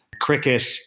cricket